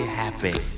happy